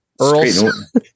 Earl's